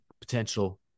potential